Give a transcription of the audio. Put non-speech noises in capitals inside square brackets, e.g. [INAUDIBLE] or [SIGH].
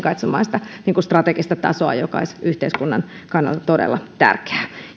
[UNINTELLIGIBLE] katsomaan sitä strategista tasoa mikä olisi yhteiskunnan kannalta todella tärkeää